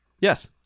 yes